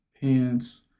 pants